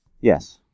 Yes